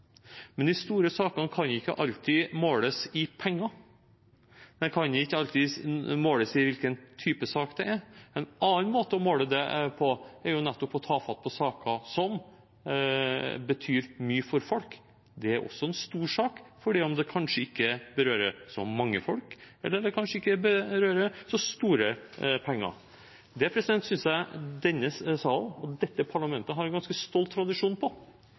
Men de store sakene kan ikke alltid måles i penger. De kan ikke alltid måles etter hvilken type sak det er. En annen måte å måle det på er nettopp å ta fatt på saker som betyr mye for folk. Det er også en stor sak selv om det kanskje ikke berører så mange folk, eller det kanskje ikke berører så store penger. Det synes jeg denne salen, dette parlamentet, har en ganske stolt tradisjon for. En av de tingene som kjennetegner oss med tanke på